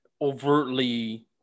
overtly